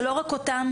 זה לא רק אותם,